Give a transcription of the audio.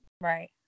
Right